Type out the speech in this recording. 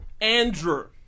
Andrew